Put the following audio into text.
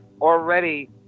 Already